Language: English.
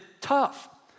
tough